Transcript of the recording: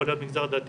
יכול להיות מגזר דתי,